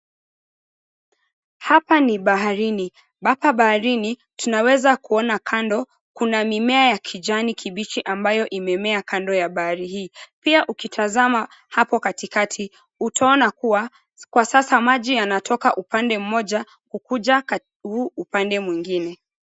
Hapa ni baharini, hapa baharini tunaweza kuona kando kuna mimea ya kijani kibichi ambayo imemea kando ya bahari hii. Pia ukitazama hapo katikati, utaona kuwa, kwa sasa maji yanatoka upande mmoja kukuja huu upande mwingine.